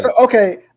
okay